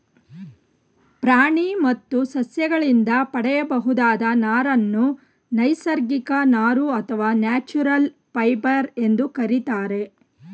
ಪ್ರಾಣಿ ಮತ್ತು ಸಸ್ಯಗಳಿಂದ ಪಡೆಯಬಹುದಾದ ನಾರನ್ನು ನೈಸರ್ಗಿಕ ನಾರು ಅಥವಾ ನ್ಯಾಚುರಲ್ ಫೈಬರ್ ಎಂದು ಕರಿತಾರೆ